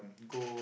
go